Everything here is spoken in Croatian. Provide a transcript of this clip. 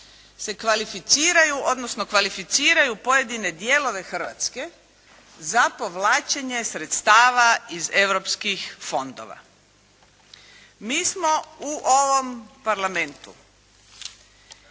se kvalificiraju, odnosno kvalificiraju pojedine dijelove Hrvatske za povlačenje sredstava iz europskih fondova. Mi smo u ovom Parlamentu